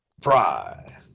Fry